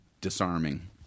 disarming